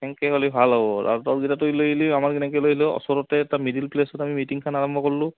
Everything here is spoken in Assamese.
এনেকৈ হ'লে ভাল হ'ব আৰু আমাৰ যেনেকৈ ধৰি ল ওচৰতে এটা মিডিল প্লেছত মিটিংখন আৰম্ভ কৰিলোঁ